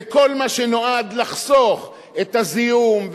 בכל מה שנועד לחסוך את הזיהום,